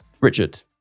Richard